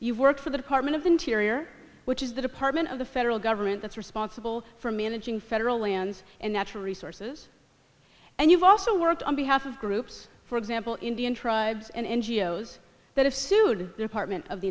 you work for the department of interior which is the department of the federal government that's responsible for managing federal lands and natural resources and you've also worked on behalf of groups for example indian tribes and n g o s that have sued department of the